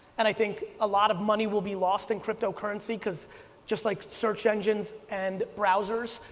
and i think a lot of money will be lost in cryptocurrency because just like search engines and browsers,